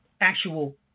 actual